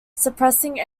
suppressing